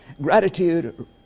Gratitude